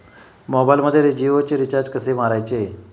मोबाइलमध्ये जियोचे रिचार्ज कसे मारायचे?